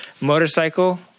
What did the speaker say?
Motorcycle